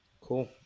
Cool